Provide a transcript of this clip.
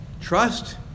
Trust